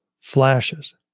flashes